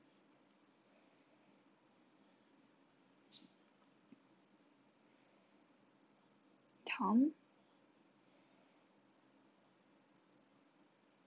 tom